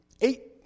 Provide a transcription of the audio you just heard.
Eight